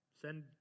Send